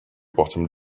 bottom